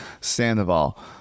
sandoval